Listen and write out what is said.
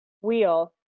wheel